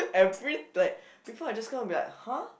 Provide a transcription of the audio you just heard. every like people are just gonna be like !huh!